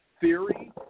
theory